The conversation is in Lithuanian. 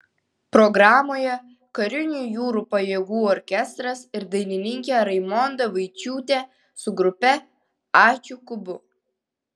programoje karinių jūrų pajėgų orkestras ir dainininkė raimonda vaičiūtė su grupe ačiū kubu